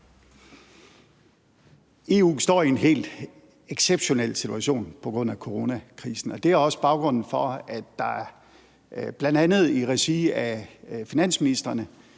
EU står i en helt exceptionel situation på grund af coronakrisen, og det er også baggrunden for, at der bl.a. i regi af finansministrene